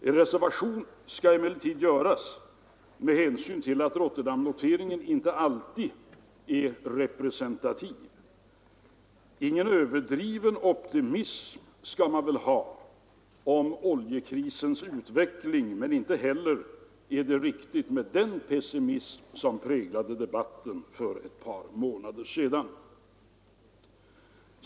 En reservation skall emellertid göras, nämligen den att Rotterdamnoteringen inte alltid är representativ. Man skall väl inte hysa någon överdriven optimism om oljekrisens utveckling, men det var heller inte riktigt att ge uttryck för den pessimism som präglade debatten för ett par månader sedan.